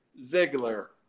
Ziegler